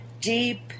deep